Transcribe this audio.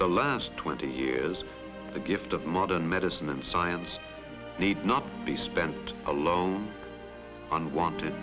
the last twenty years the gift of modern medicine and science need not be spent alone unwanted